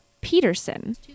Peterson